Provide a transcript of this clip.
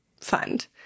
fund